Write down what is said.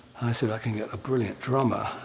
i said, i can get a brilliant drummer.